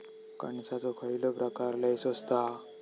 कणसाचो खयलो प्रकार लय स्वस्त हा?